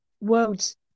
Worlds